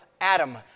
Adam